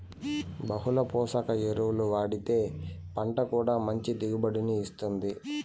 బహుళ పోషక ఎరువులు వాడితే పంట కూడా మంచి దిగుబడిని ఇత్తుంది